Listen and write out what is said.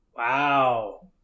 Wow